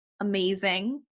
Amazing